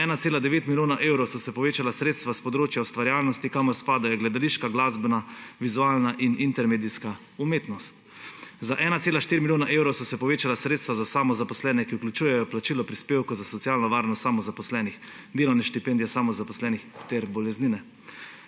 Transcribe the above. za 1,9 milijona evrov so se povečala sredstva s področja ustvarjalnosti, kamor spadajo gledališka, glasbena, vizualna in intermedijska umetnost. Za 1,4 milijona evrov so se povečala sredstva za samozaposlene, ki vključujejo plačilo prispevkov za socialno varnost samozaposlenih, delovne štipendije samozaposlenih ter boleznine.